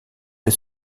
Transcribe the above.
les